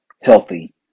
healthy